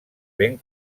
ben